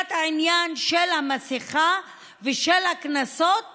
כפיית העניין של המסכה ושל הקנסות